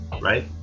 right